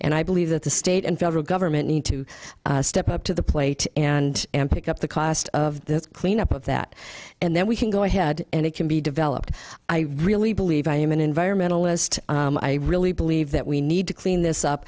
and i believe that the state and federal government need to step up to the plate and m pick up the cost of the cleanup of that and then we can go ahead and it can be developed i really believe i am an environmentalist i really believe that we need to clean this up